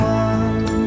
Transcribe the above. one